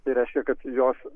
tai reiškia kad jos